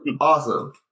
awesome